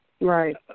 Right